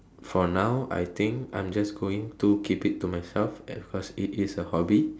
for now I think I'm just going to keep it to myself and because it is a hobby